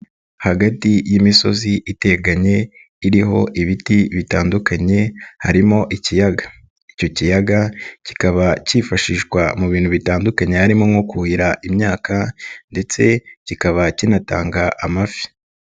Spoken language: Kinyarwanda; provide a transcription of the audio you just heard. Hagati y'imisozi iteganye, iriho ibiti bitandukanye, harimo ikiyaga. Icyo kiyaga kikaba cyifashishwa mu bintu bitandukanye, harimo nko kuhira imyaka ndetse kikaba kinatanga amafi.